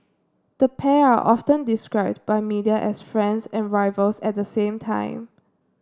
the pair are often described by media as friends and rivals at the same time